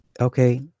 Okay